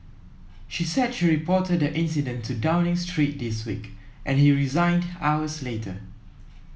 she said she reported the incident to Downing Street this week and he resigned hours later